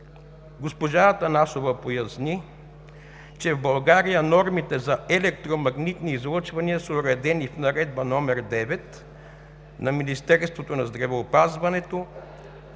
Госпожа Атанасова поясни, че в България нормите за електромагнитни излъчвания са уредени в Наредба № 9 на Министерство на здравеопазването